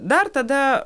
dar tada